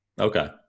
Okay